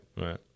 Right